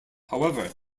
however